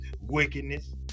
wickedness